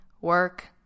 work